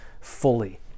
fully